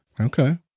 Okay